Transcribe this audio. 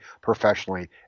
professionally